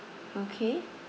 okay